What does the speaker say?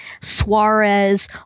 Suarez